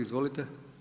Izvolite.